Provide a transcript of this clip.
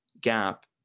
gap